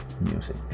music